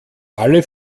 alle